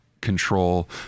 control